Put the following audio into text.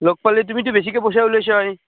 লগ পালে তুমিতো বেছিকৈ পইচা ওলিয়াছাই